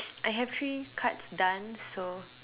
I have three cards done so